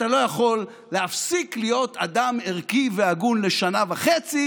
אתה לא יכול להפסיק להיות אדם ערכי והגון לשנה וחצי